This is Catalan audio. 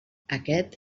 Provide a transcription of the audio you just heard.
aquest